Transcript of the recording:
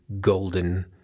golden